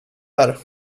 här